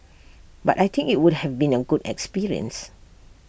but I think IT would have been A good experience